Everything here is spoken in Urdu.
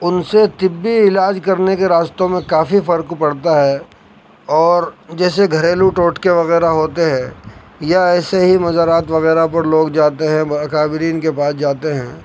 ان سے طبی علاج کرنے کے راستوں میں کافی فرق پڑتا ہے اور جیسے گھریلو ٹوٹکے وغیرہ ہوتے ہیں یا ایسے ہی مزارات وغیرہ پر لوگ جاتے ہیں اکابرین کے پاس جاتے ہیں